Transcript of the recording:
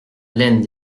laine